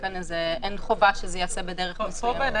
אין חובה שזה ייעשה בדרך מסוימת.